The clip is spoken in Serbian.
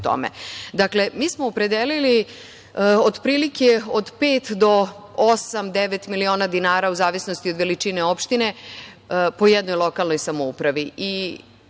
tome. Dakle, mi smo opredelili od prilike od pet do osam miliona dinara u zavisnosti od veličine opštine po jednoj lokalnoj samoupravi